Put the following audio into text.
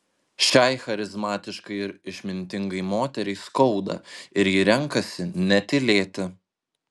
šiai charizmatiškai ir išmintingai moteriai skauda ir ji renkasi netylėti